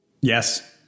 Yes